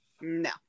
No